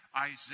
Isaiah